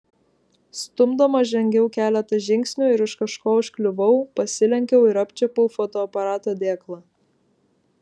stumdoma žengiau keletą žingsnių ir už kažko užkliuvau pasilenkiau ir apčiuopiau fotoaparato dėklą